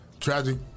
tragic